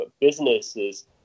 businesses